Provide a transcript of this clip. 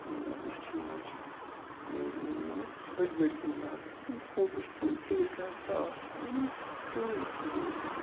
مطلب لَچھَن مَنٛز چھِ مطلب بٔڑۍ بٔڑۍ کیمراز یِم فوٹو چھِ تُلان کِلِک کَران صاف مگر أسۍ پرٛٲنۍ فوٹو وٕچھو